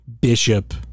Bishop